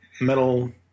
metal